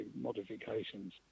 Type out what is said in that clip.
modifications